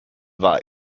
war